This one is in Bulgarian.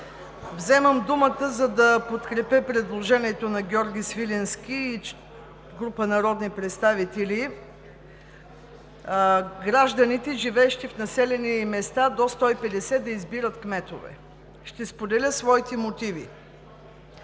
Вземам думата, за да подкрепя предложението на Георги Свиленски и група народни представители гражданите, живеещи в населени места до 150 жители, да избират кметове. Ще споделя своите мотиви.